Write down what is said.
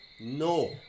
No